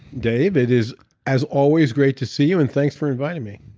dave, it is as always great to see you and thanks for inviting me.